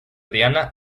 diana